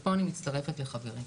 ופה אני מצטרפת לחברי,